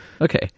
Okay